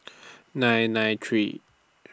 nine nine three